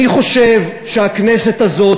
אני חושב שהכנסת הזאת,